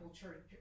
Church